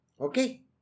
Okay